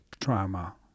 trauma